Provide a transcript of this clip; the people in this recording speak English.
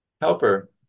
helper